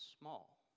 small